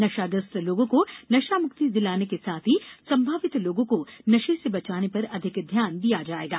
नशाग्रस्त लोगों को नशा मुक्ति दिलाने के साथ ही संभावित लोगों को नशे से बचाने पर अधिक ध्यान दिया जाएगा